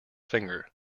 finger